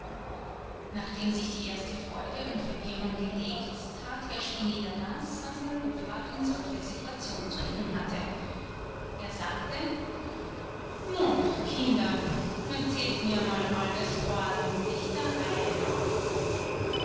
nachdem sich die erste freude und verwirrung gelegt tat herr spineder das was ein hofrat in solcher situation zu tun hatte er sagte nun kinder erzählt mir einmal alles ordentlich der reihe nach